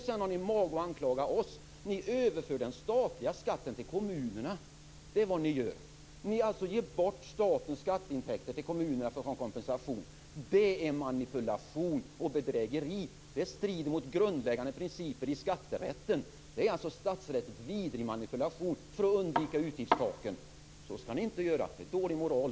Sedan har ni mage att anklaga oss. Ni överför den statliga skatten till kommunerna. Det är vad ni gör. Ni ger bort statens skatteintäkter till kommunerna som kompensation. Det är manipulation och bedrägeri. Det strider mot grundläggande principer i skatterätten. Det är alltså en statsrättsligt vidrig manipulation för att undvika utgiftstaken. Så skall ni inte göra. Det är dålig moral.